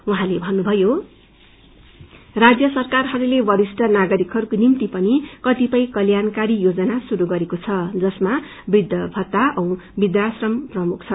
उझँले भन्नुथयो रान्य सरकारहरूले वरिष्ठ नागरिकहरूको निम्ति पनि क्वतिपय कल्याणकारी योजना शुरू गरेको छ जसमा वृद्ध भत्ता औ वृद्धाश्रम प्रमुख छन्